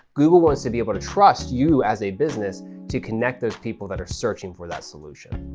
google wants to be able to trust you as a business to connect those people that are searching for that solution.